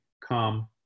come